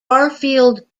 garfield